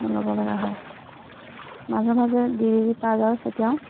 ল'ব লগা হয় মাজে মাজে ডি ডি টি পাউদাৰো ছটিয়াও